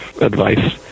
advice